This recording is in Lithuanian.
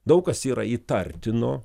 daug kas yra įtartino